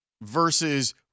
versus